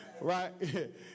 right